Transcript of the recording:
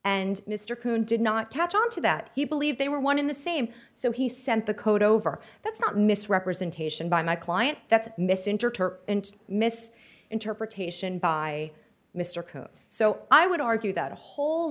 and mr coon did not catch onto that he believed they were one in the same so he sent the code over that's not misrepresentation by my client that's misinterpret and mis interpretation by mr code so i would argue that a whole